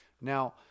Now